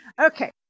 Okay